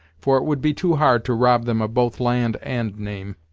for it would be too hard to rob them of both land and name!